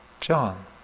John